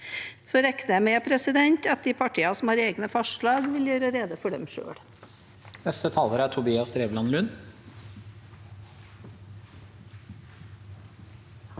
Så regner jeg med at de partiene som har egne forslag, vil gjøre rede for dem selv.